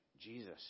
Jesus